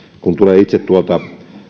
kun tulen itse tuolta